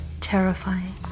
terrifying